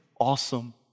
awesome